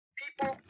people